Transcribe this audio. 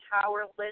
powerless